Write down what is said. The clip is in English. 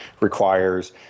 requires